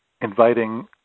inviting